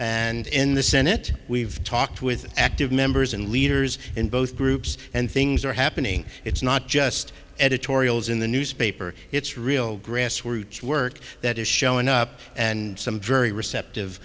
and in the senate we've talked with active members and leaders in both groups and things are happening it's not just editorials in the newspaper it's real grassroots work that is showing up and some very receptive